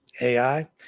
AI